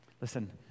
Listen